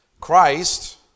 Christ